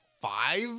five